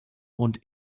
und